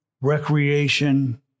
recreation